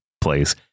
place